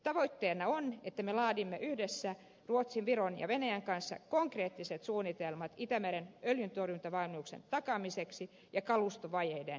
tavoitteena on että me laadimme yhdessä ruotsin viron ja venäjän kanssa konkreettiset suunnitelmat itämeren öljyntorjuntavalmiuksien takaamiseksi ja kalustovajeiden korjaamiseksi